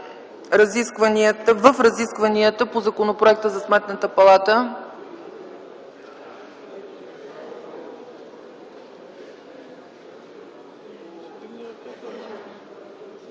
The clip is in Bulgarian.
в разискванията по Законопроекта за Сметната палата?